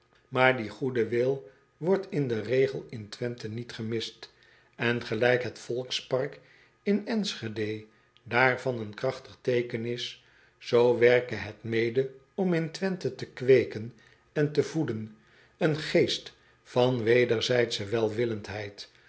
aar die goede wil wordt in den regel in wenthe niet gemist en gelijk het volkspark in nschede daarvan een krachtig teeken is zoo werke het mede om in wenthe te kweeken en te voeden een geest van wederzijdsche welwillendheid